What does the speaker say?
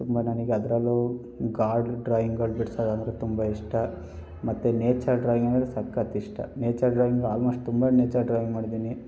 ತುಂಬ ನನ್ಗೆ ಅದರಲ್ಲೂ ಗಾಡ್ ಡ್ರಾಯಿಂಗಳು ಬಿಡಿಸೋದಂದ್ರೆ ತುಂಬ ಇಷ್ಟ ಮತ್ತು ನೇಚರ್ ಡ್ರಾಯಿಂಗ್ ಅಂದರೆ ಸಖತ್ ಇಷ್ಟ ನೇಚರ್ ಡ್ರಾಯಿಂಗ್ ಆಲ್ಮೋಸ್ಟ್ ತುಂಬ ನೇಚರ್ ಡ್ರಾಯಿಂಗ್ ಮಾಡಿದ್ದೀನಿ